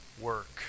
work